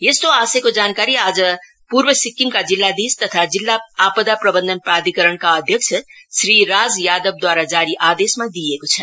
यस्तो आशयको जानकारी आज पूर्व सिक्किमका जिल्लाधीश तथा जिल्ला आपदा प्रबन्धन पाधिकरणका अध्यक्ष श्री राज यादवदूवारा जारी आदेशमा दिइएको छ